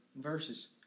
verses